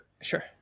Sure